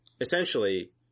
essentially